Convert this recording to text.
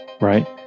right